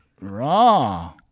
Raw